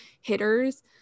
hitters